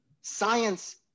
Science